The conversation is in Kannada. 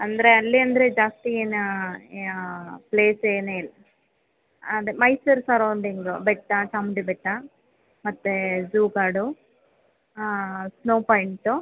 ಅಂದರೆ ಅಲ್ಲಿ ಅಂದರೆ ಜಾಸ್ತಿ ಏನು ಪ್ಲೇಸ್ ಏನು ಇಲ್ಲ ಅದೇ ಮೈಸೂರು ಸರೌಂಡಿಂಗ್ ಬೆಟ್ಟ ಚಾಮುಂಡಿ ಬೆಟ್ಟ ಮತ್ತು ಝೂ ಕಾಡು ಸ್ನೋ ಪಾಯಿಂಟು